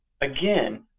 again